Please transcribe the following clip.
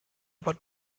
aber